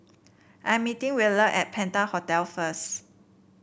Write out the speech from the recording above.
I'm meeting Wheeler at Penta Hotel first